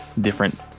different